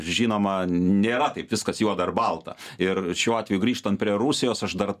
žinoma nėra taip viskas juoda ir balta ir šiuo atveju grįžtant prie rusijos aš dar